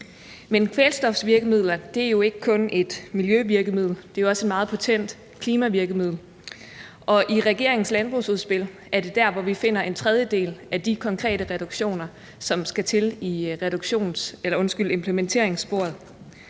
Men kvælstofvirkemidler er jo ikke kun et miljøvirkemiddel, det er også et meget potent klimavirkemiddel, og i regeringens landbrugsudspil er det der, hvor vi finder en tredjedel af de konkrete reduktioner, som skal til i implementeringssporet.